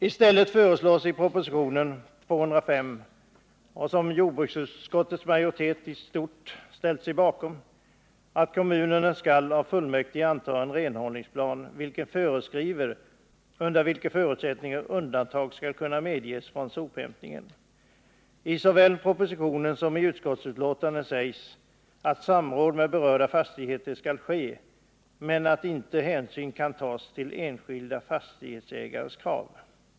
I stället föreslås i propositionen 205, som jordbruksutskottets majoritet i stort ställt sig bakom, att kommunerna skall av fullmäktige anta en renhållningsplan, vilken föreskriver under vilka förutsättningar undantag skall kunna medges från sophämtningen. I såväl propositionen som utskottsbetänkandet sägs att samråd med berörda fastigheter skall ske, men att hänsyn inte kan tas till enskilda fastighetsägares krav.